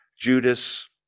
Judas